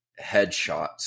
Headshots